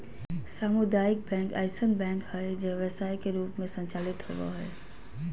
सामुदायिक बैंक ऐसन बैंक हइ जे व्यवसाय के रूप में संचालित होबो हइ